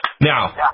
Now